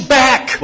back